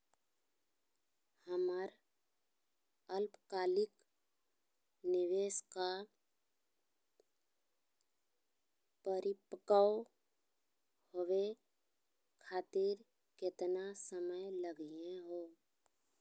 हमर अल्पकालिक निवेस क परिपक्व होवे खातिर केतना समय लगही हो?